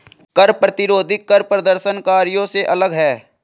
कर प्रतिरोधी कर प्रदर्शनकारियों से अलग हैं